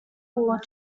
nor